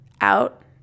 Out